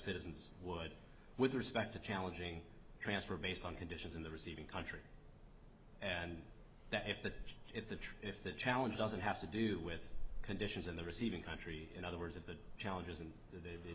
citizens would with respect to challenging transfer based on conditions in the receiving country and that if that if the if the challenge doesn't have to do with conditions in the receiving country in other words of the challengers